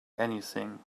anything